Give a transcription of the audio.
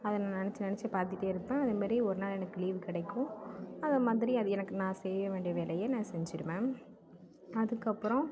அதை நான் நினைச்சி நினைச்சி பார்த்துட்டே இருப்பேன் அது மாரி ஒரு நாள் எனக்கு லீவ் கிடைக்கும் அது மாதிரி அது எனக்கு நான் செய்ய வேண்டிய வேலையை நான் செஞ்சுடுவேன் அதுக்கப்புறம்